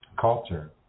culture